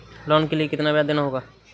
Loan के लिए कितना ब्याज देना होगा?